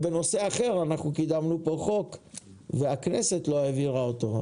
בנושא אחר אנחנו קידמנו פה חוק והכנסת לא העבירה אותו,